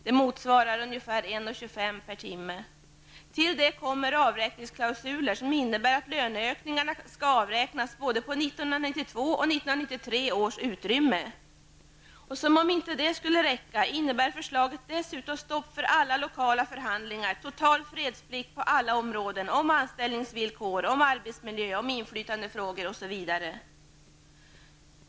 Det motsvarar ungefär 1:25 kr. per timme. Till detta kommer avräkningsklausuler som innebär att löneökningar skall avräknas på både 1992 och 1993 års utrymme. Som om inte det skulle räcka innebär förslaget dessutom stopp för alla lokala förhandlingar och total fredsplikt på alla områden: anställningsvillkor, arbetsmiljö, inflytandefrågor osv.